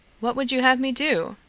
what would you have me do?